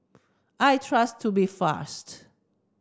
I trust Tubifast